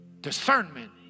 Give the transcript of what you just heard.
Discernment